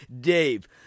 Dave